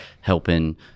helping